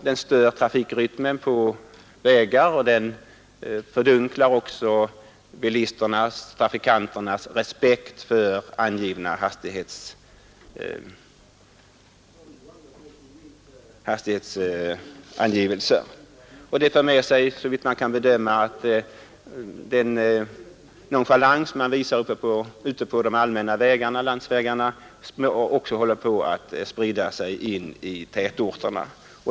Den stör trafikrytmen på vägarna, och den minskar också trafikanternas respekt för angivna hastighetsbegränsningar. Den nonchalans man visar ute på de allmänna landsvägarna håller på att sprida sig in i tätorterna.